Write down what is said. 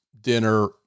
dinner